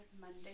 Monday